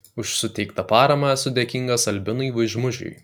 už suteiktą paramą esu dėkingas albinui vaižmužiui